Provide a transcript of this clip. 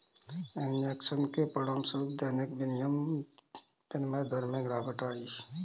injection के परिणामस्वरूप दैनिक विनिमय दर में गिरावट आई